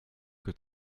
que